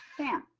pam.